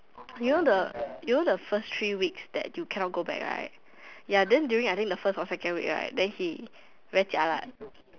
you know the you know the first three weeks that you cannot go back right ya then during I think the first or second week right then he very jialat